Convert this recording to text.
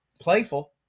Playful